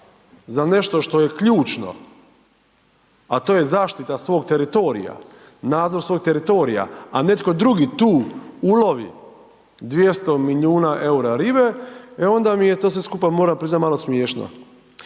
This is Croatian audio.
za nešto što je ključno, a to je zaštita svog teritorija, nadzor svog teritorija, a netko drugi tu ulovi 200 milijuna EUR-a ribe, e onda mi je to sve skupa moram priznat, malo smiješno.